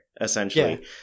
essentially